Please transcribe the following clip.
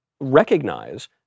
recognize